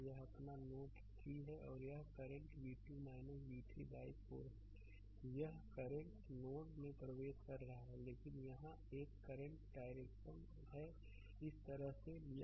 तो यह r है यहअपना नोड 3 है और यह करंट v2 v3 बाइ 4 है यहकरंट नोड में प्रवेश कर रहा है लेकिन यहां एक और करंट डायरेक्शन है इस तरह से लिया